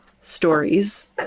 Stories